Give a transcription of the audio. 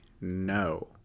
no